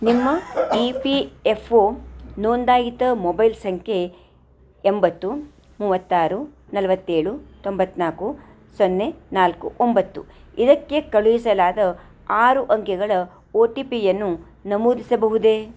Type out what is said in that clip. ನಿಮ್ಮ E P F O ನೋಂದಾಯಿತ mobile ಸಂಖ್ಯೆ ಎಂಬತ್ತು ಮೂವತ್ತಾರು ನಲ್ವತ್ತೇಳು ತೊಂಬತ್ನಾಲ್ಕು ಸೊನ್ನೆ ನಾಲ್ಕು ಒಂಬತ್ತು ಇದಕ್ಕೆ ಕಳುಹಿಸಲಾದ ಆರು ಅಂಕಿಗಳ ಓ ಟಿ ಪಿಯನ್ನು ನಮೂದಿಸಬಹುದೇ